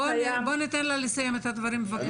בוא ניתן לה לסיים את הדברים, בבקשה.